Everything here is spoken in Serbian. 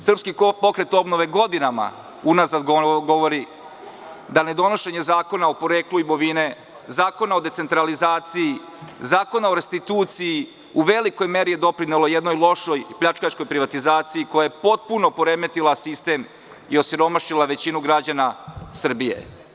Srpski pokret obnove godinama unazad govori da je ne donošenje zakona o poreklu imovine, zakona o decentralizaciji i zakona o restituciji u velikoj meri doprinelo jednoj lošoj i pljačkaškoj privatizaciji, koja je potpuno poremetila sistem i osiromašila većinu građana Srbije.